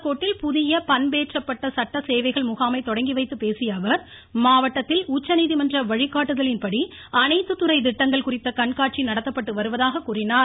பாலக்கோட்டில் புதிய பண்பேற்றப்பட்ட சட்ட சேவைகள் முகாமை தொடங்கிவைத்துப் பேசியஅவர் மாவட்டத்தில் உச்சநீதிமன்ற வழிகாட்டுதலின்படி அனைத்து துறை திட்டங்கள் குறித்த கண்காட்சி நடத்தப்பட்டு வருவதாக கூறினார்